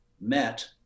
met